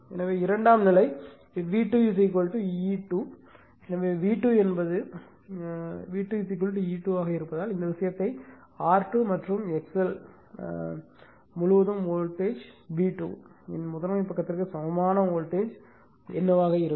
எனவே இரண்டாம் நிலை V2 E2 எனவே V2 என்பது V2 E2 ஆக இருப்பதால் இந்த விஷயத்தை R2 மற்றும் XL முழுவதும் வோல்டேஜ் V2 இன் முதன்மை பக்கத்திற்கு சமமான வோல்டேஜ் என்னவாக இருக்கும்